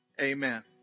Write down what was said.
Amen